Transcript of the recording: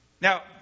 Now